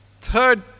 Third